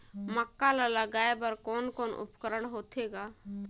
मक्का ला लगाय बर कोने कोने उपकरण होथे ग?